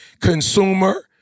consumer